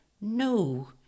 No